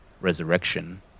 resurrection